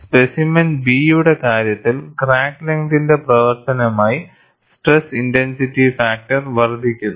specimen B യുടെ കാര്യത്തിൽക്രാക്ക് ലെങ്തിന്റെ പ്രവർത്തനമായി സ്ട്രെസ് ഇൻടെൻസിറ്റി ഫാക്ടർ വർദ്ധിക്കുന്നു